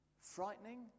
Frightening